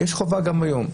שיש חובה גם היום,